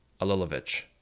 Alilovich